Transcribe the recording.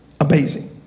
Amazing